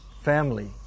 family